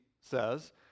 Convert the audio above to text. says